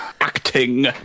acting